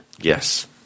Yes